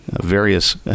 various –